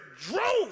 drove